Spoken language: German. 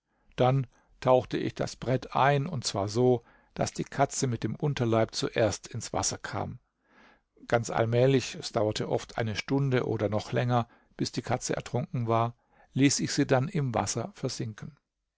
dann tauchte ich das brett ein und zwar so daß die katze mit dem unterleib zuerst ins wasser kam ganz allmählich es dauerte oft eine stunde oder noch länger bis die katze ertrunken war ließ ich sie dann im wasser versinken